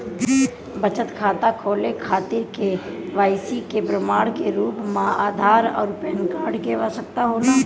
बचत खाता खोले खातिर के.वाइ.सी के प्रमाण के रूप में आधार आउर पैन कार्ड की आवश्यकता होला